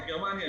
לגרמניה,